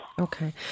Okay